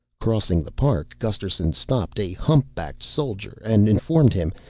crossing the park, gusterson stopped a hump-backed soldier and informed him,